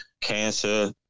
cancer